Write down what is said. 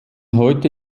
heute